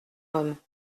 homme